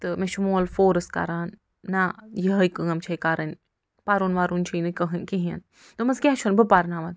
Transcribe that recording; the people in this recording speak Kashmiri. تہٕ مےٚ چھُ مول فورٕس کران نَہ یِہٲے کٲم چھیٚے کَرٕنۍ پَرُن وَرُن چھُے نہٕ کِہیٖنۍ دوٚپمَس کیٚنٛہہ چھُنہٕ بہٕ پَرناوَتھ